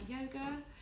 yoga